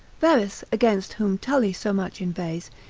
verres, against whom tully so much inveighs,